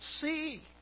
see